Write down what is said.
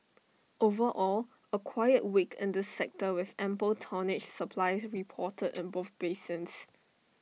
overall A quiet week in this sector with ample tonnage supply reported in both basins